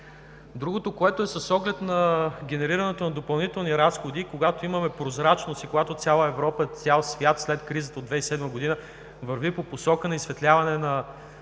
Другото – с оглед на генерирането на допълнителни разходи, когато имаме прозрачност и когато цяла Европа, цял свят след кризата от 2007 г. върви по посока на изсветляване на